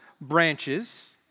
branches